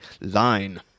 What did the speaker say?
line